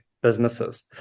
businesses